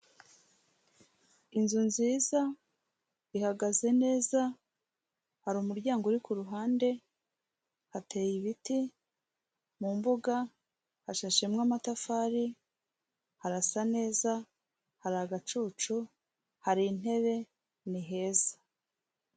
Inzu nziza, ihagaze neza, hari umuryango uri ku ruhande, hateye ibiti mu mbuga, hashashemo amatafari, harasa neza, hari agacucu, hari intebe, ni heza.